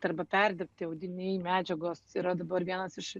arba perdirbti audiniai medžiagos yra dabar vienas iš